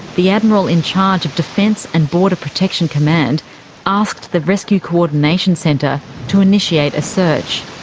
the admiral in charge of defence and border protection command asked the rescue coordination centre to initiate a search.